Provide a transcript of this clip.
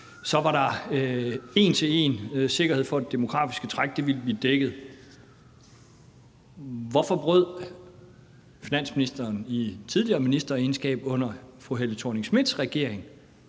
så var der en til en sikkerhed for, at det demografiske træk ville blive dækket. Hvorfor brød finansministeren tidligere i sin egenskab af minister under fru Helle Thorning-Schmidts regering